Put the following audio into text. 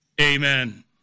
Amen